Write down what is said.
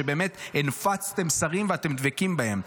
שבאמת הנפצתם שרים ואתם דבקים בהם.